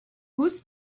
whose